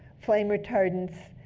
flame retardants,